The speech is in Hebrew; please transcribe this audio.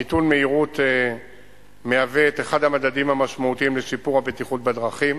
מיתון מהירות מהווה את אחד המדדים המשמעותיים לשיפור הבטיחות בדרכים.